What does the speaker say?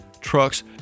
trucks